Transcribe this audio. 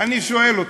אני שואל אתכם,